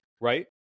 right